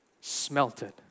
smelted